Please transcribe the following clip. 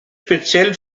speziell